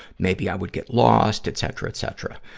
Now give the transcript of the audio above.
maybe i would get lost, etc, etc.